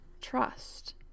trust